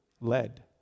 led